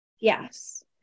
Yes